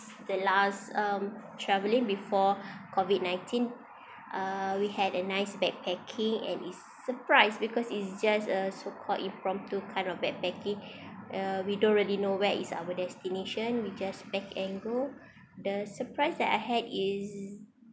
the last um travelling before COVID nineteen uh we had a nice backpacking and it's surprise because it's just a sup~call impromptu kind of backpacking uh we don't really know where is our destination we just pack and go the surprise that I had is